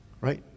Right